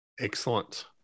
Excellent